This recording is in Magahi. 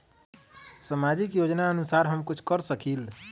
सामाजिक योजनानुसार हम कुछ कर सकील?